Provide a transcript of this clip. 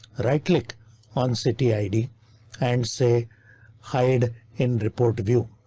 right click on city id and say hide in report view.